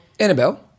Annabelle